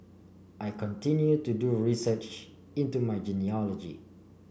I continue to do research into my genealogy